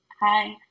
Hi